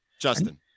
Justin